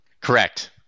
Correct